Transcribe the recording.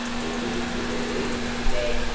thank you, g'day, mate. g'day,